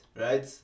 right